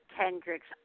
Kendricks